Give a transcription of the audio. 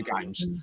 games